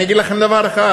אני אגיד לכם דבר אחד: